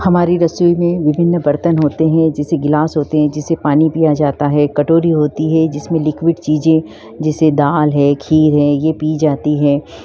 हमारी रसोई में विभिन्न बर्तन होते हैं जैसे गिलास होते हैं जिसे पानी पिया जाता है कटोरी होती है जिसमें लिक्विड चीज़ें जैसे दाल है खीर है यह पी जाती है